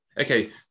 Okay